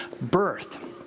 birth